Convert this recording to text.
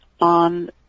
on